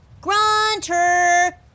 Grunter